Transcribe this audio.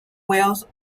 wales